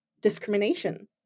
discrimination